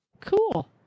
Cool